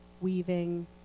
weaving